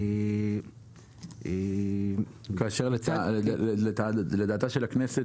כאשר לדעתה של הכנסת,